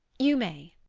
you may!